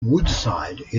woodside